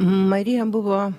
marija buvo